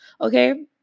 Okay